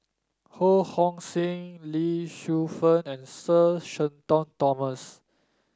Ho Hong Sing Lee Shu Fen and Sir Shenton Thomas